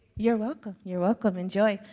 you're welcome, you're welcome. enjoy.